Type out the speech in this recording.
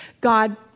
God